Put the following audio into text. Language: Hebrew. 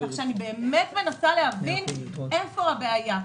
אני באמת מנסה להבין איפה פה הבעיה.